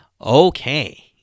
Okay